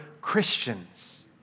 Christians